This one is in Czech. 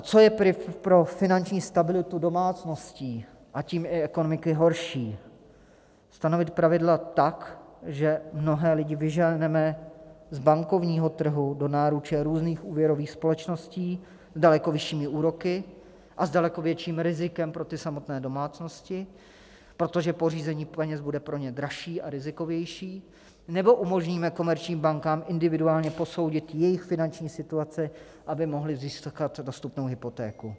Co je pro finanční stabilitu domácností a tím i ekonomiky horší: stanovit pravidla tak, že mnohé lidi vyženeme z bankovního trhu do náruče různých úvěrových společností s daleko vyššími úroky a s daleko větším rizikem pro samotné domácnosti, protože pořízení peněz bude pro ně dražší a rizikovější, anebo umožníme komerčním bankám individuálně posoudit jejich finanční situaci, aby mohli získat dostupnou hypotéku?